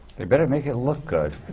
they better make it look good.